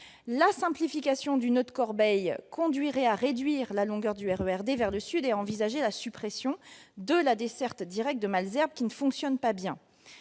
la simplification du noeud de Corbeil conduirait à réduire la longueur du RER D vers le sud et à envisager la suppression de la desserte directe de Malesherbes, qui ne fonctionne pas bien.